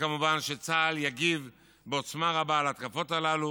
וכמובן שצה"ל יגיב בעוצמה רבה על ההתקפות הללו,